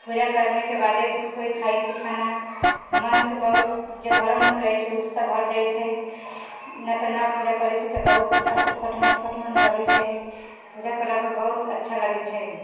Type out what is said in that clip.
पूजा करनेके बादे केओ खाइत छी खाना मनके बहुत जे भ्रम अछि ओ सब हट जाइत छै नहि तऽ नहि पूजा करैत छी तऽ बहुत खोट मोट खोट मोट मन लगैत छै पूजा केला पर बहुत अच्छा लगैत छै